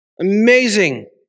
amazing